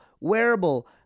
wearable